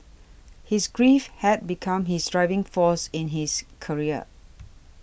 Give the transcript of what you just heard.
his grief had become his driving force in his career